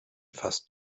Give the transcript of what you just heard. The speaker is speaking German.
fast